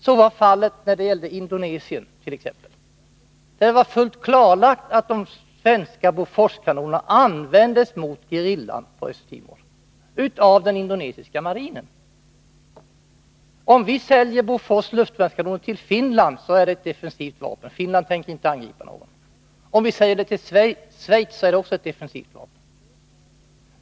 Så var fallet i exempelvis Indonesien, där det är fullt klarlagt att de svenska Boforskanonerna användes av den indonesiska marinen mot gerillan på Östra Timor. Om vi säljer Bofors luftvärnskanoner till Finland är det ett defensivt vapen — Finland tänker inte angripa någon. Om vi säljer dem till Schweiz är det ett defensivt vapen.